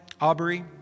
Aubrey